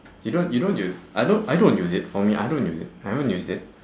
you don't you don't you I don't I don't use it for me I don't use it I haven't used it